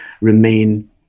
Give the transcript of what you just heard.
remain